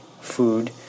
food